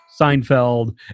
Seinfeld